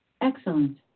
Excellent